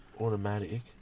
Automatic